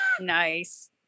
Nice